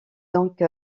donc